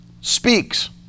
speaks